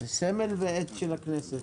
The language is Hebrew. סמל ועט של הכנסת,